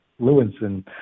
Lewinson